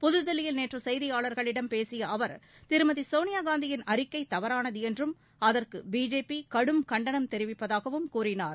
புதுதில்லியில் நேற்று செய்தியாளர்களிடம் பேசிய அவர் திருமதி சோனியாகாந்தியின் அறிக்கை தவறானது என்றும் அதற்கு பிஜேபி கடும் கண்டனம் தெரிவிப்பதாகவும் கூறினார்